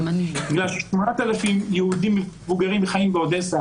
בגלל ש-8,000 יהודים מבוגרים חיים באודסה